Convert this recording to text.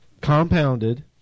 compounded